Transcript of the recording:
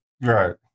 Right